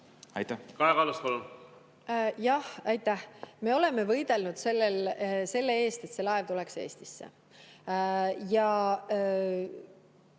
Aitäh! Me oleme võidelnud selle eest, et see laev tuleks Eestisse.